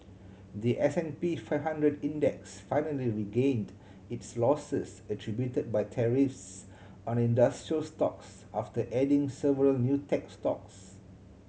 the S and P five hundred Index finally regained its losses attributed by tariffs on industrial stocks after adding several new tech stocks